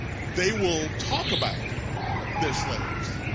they will talk about their slaves.